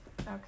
Okay